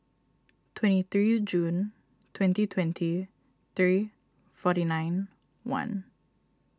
twenty three June twenty twenty three forty nine one